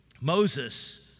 Moses